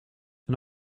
een